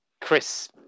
Chris